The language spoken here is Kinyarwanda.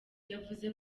yavuze